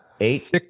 Eight